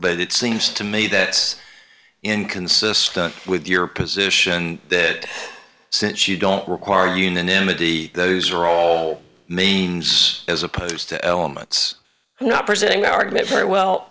but it seems to me that it's inconsistent with your position that since you don't require unanimity those are all means as opposed to elements not presenting an argument very well